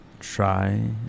try